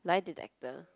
lie detector